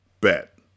Bet